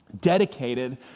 dedicated